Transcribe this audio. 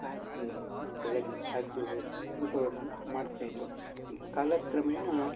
ಸಾಗಿಸಿ ಬೆಳೆಗಳನ್ನು ಸಾಗ್ಸೋದು ಇಂಥವನ್ನು ಮಾಡ್ತಾಯಿದ್ರು ಈಗ ಕಾಲಕ್ರಮೇಣಾ